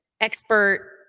expert